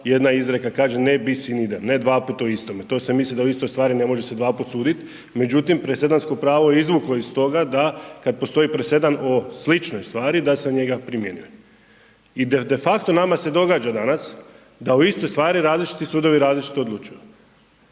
jedna izreka kaže …/Govornik govori latinski./… „Ne dvaput o istome“, to se misli da o istoj stvari ne može se dvaput sudit međutim presedansko pravo je izvuklo iz toga da kad postoji presedan o sličnoj stvari, da se njega primjenjuje. I de facto nama se događa danas da u istoj stvari različiti sudovi različito odlučuju.